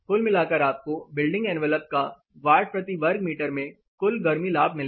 कुल मिलाकर आपको बिल्डिंग एनवेलप का वाट प्रति वर्ग मीटर में कुल गर्मी लाभ मिलेगा